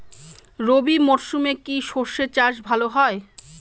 রবি মরশুমে কি সর্ষে চাষ ভালো হয়?